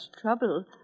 trouble